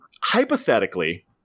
hypothetically